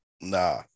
Nah